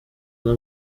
nta